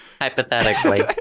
Hypothetically